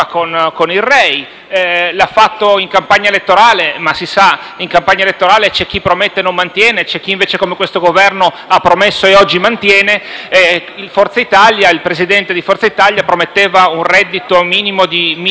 l'ha fatto in campagna elettorale - ma, si sa, in campagna elettorale c'è chi promette e non mantiene e c'è chi invece, come questo Governo, ha promesso e oggi mantiene - il Presidente di Forza Italia, che prometteva un reddito minimo di 1.000 euro a tutti.